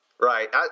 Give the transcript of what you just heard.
Right